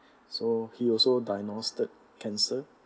so he also diagnosed cancer